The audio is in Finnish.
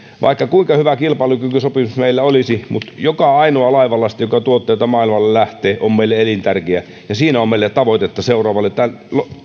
vaikka kuinka hyvä kilpailukykysopimus meillä olisi niin joka ainoa laivalasti joka tuotteita maailmalle lähtee on meille elintärkeä siinä on meille tavoitetta